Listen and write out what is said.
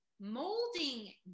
molding